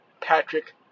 Patrick